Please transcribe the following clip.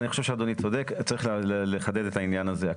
אני חושב שאדוני צודק, צריך לחדד את העניין הזה.